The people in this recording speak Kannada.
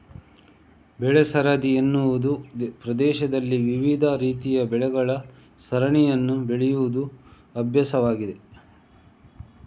ಬೆಳೆ ಸರದಿ ಎನ್ನುವುದು ಪ್ರದೇಶದಲ್ಲಿ ವಿವಿಧ ರೀತಿಯ ಬೆಳೆಗಳ ಸರಣಿಯನ್ನು ಬೆಳೆಯುವ ಅಭ್ಯಾಸವಾಗಿದೆ